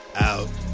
out